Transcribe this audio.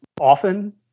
often